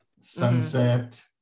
sunset